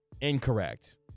incorrect